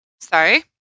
Sorry